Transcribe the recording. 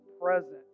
present